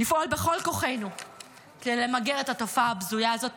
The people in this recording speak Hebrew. לפעול בכל כוחנו כדי למגר את התופעה הבזויה הזאת.